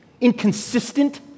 Inconsistent